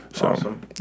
Awesome